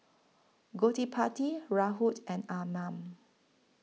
Gottipati Rahul and Arnab